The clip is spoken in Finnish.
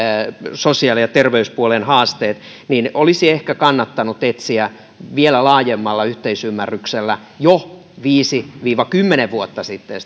sosiaali ja terveyspuolen haasteet niin olisi ehkä kannattanut etsiä vielä laajemmalla yhteisymmärryksellä jo viisi viiva kymmenen vuotta sitten